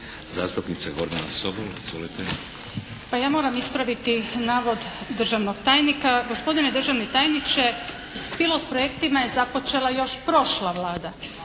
**Sobol, Gordana (SDP)** Pa ja moram ispraviti navod državnog tajnika. Gospodine državni tajniče, s pilot projektima je započela još prošla Vlada.